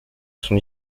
son